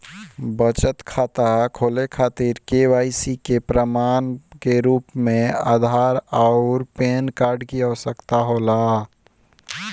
बचत खाता खोले खातिर के.वाइ.सी के प्रमाण के रूप में आधार आउर पैन कार्ड की आवश्यकता होला